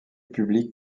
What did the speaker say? publique